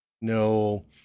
no